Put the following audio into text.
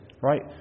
Right